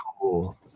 cool